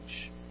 change